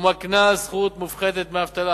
ומקנה זכות מופחתת לדמי אבטלה.